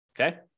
Okay